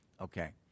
Okay